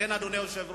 לכן, אדוני היושב-ראש,